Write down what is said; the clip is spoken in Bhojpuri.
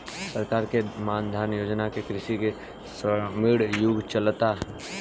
सरकार के मान धन योजना से कृषि के स्वर्णिम युग चलता